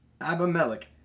Abimelech